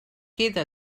queda